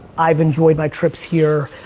i've enjoyed my trips here,